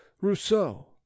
Rousseau